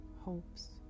hopes